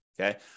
Okay